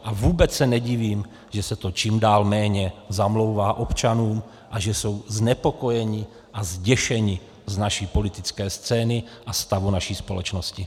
A vůbec se nedivím, že se to čím dál méně zamlouvá občanům a že jsou znepokojeni a zděšeni z naší politické scény a ze stavu naší společnosti.